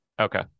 Okay